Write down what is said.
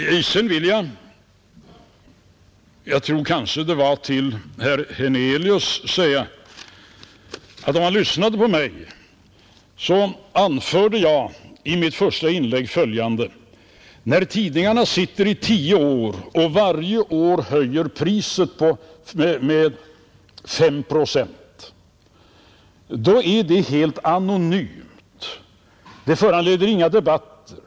Sedan vill jag säga till herr Hernelius att jag i mitt första inlägg anförde följande. När tidningarna under tio år varje år höjer priset med 5 procent, då sker det helt anonymt. Det föranleder inga debatter.